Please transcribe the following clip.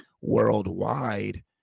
worldwide